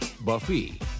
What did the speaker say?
Buffy